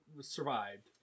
survived